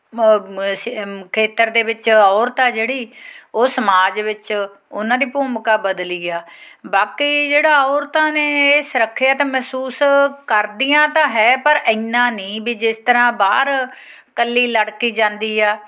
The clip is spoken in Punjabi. ਖੇਤਰ ਦੇ ਵਿੱਚ ਔਰਤ ਆ ਜਿਹੜੀ ਉਹ ਸਮਾਜ ਵਿੱਚ ਉਹਨਾਂ ਦੀ ਭੂਮਿਕਾ ਬਦਲੀ ਆ ਬਾਕੀ ਜਿਹੜਾ ਔਰਤਾਂ ਨੇ ਇਹ ਸੁਰੱਖਿਅਤ ਮਹਿਸੂਸ ਕਰਦੀਆਂ ਤਾਂ ਹੈ ਪਰ ਇੰਨਾਂ ਨਹੀਂ ਵੀ ਜਿਸ ਤਰ੍ਹਾਂ ਬਾਹਰ ਇਕੱਲੀ ਲੜਕੀ ਜਾਂਦੀ ਆ